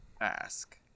ask